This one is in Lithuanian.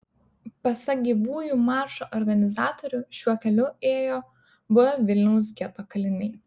pasak gyvųjų maršo organizatorių šiuo keliu ėjo buvę vilniaus geto kaliniai